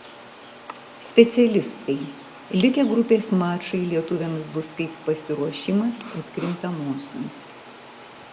specialistai likę grupės mačai lietuviams bus kaip pasiruošimas atkrintamosioms